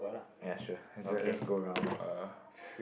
ya sure let's go round uh